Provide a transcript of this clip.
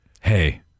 Hey